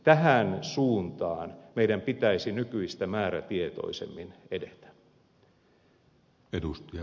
tähän suuntaan meidän pitäisi nykyistä määrätietoisemmin edetä